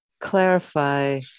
clarify